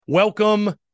Welcome